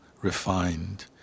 refined